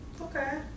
Okay